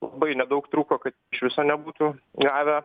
labai nedaug trūko kad iš viso nebūtų gavę